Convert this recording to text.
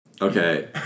Okay